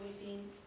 weeping